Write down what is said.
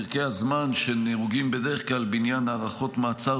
פרקי הזמן שנהוגים בדרך כלל בעניין הארכות מעצר